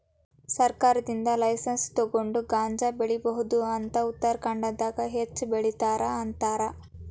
ಸರ್ಕಾರದಿಂದ ಲೈಸನ್ಸ್ ತುಗೊಂಡ ಗಾಂಜಾ ಬೆಳಿಬಹುದ ಅಂತ ಉತ್ತರಖಾಂಡದಾಗ ಹೆಚ್ಚ ಬೆಲಿತಾರ ಅಂತಾರ